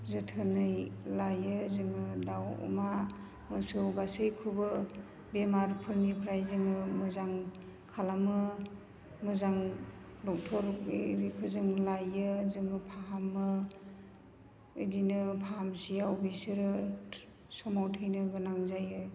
जोथोनै लायो जोङो दाउ अमा मोसौ गासैखौबो बेमारफोरनिफ्राय जोङो मोजां खालामो मोजां डक्ट'र आरिखौ जों लायो जोङो फाहामो बिदिनो फाहामसेआव बिसोरो समाव थैनो गोनां जायो